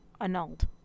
Annulled